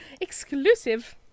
Exclusive